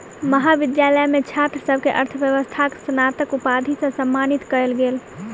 महाविद्यालय मे छात्र सभ के अर्थव्यवस्थाक स्नातक उपाधि सॅ सम्मानित कयल गेल